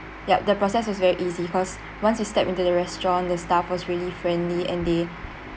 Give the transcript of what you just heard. yup the process was very easy because once you step into the restaurant the staff was really friendly and they